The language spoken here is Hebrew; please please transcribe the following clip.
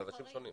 אלה אנשים שונים.